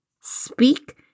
speak